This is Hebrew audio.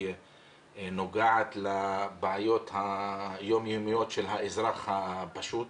נוגעת לבעיות היומיומיות של האזרח הפשוט.